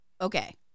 Okay